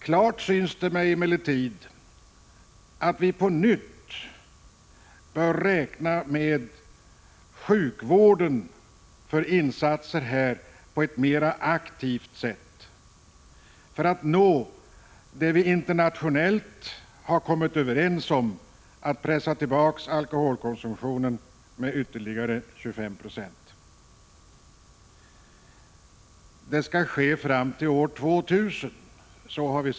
Klart synes det mig emellertid att vi på nytt bör räkna med sjukvården för mer effektiva insatser på det här området för att nå det vi internationellt har kommit överens om: att pressa ned alkoholkonsumtionen ytterligare 25 96 fram till år 2000.